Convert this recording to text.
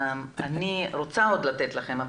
אני רוצה עוד לתת לכם לדבר,